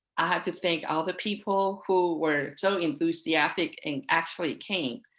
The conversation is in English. i had to thank all the people who were so enthusiastic and actually came.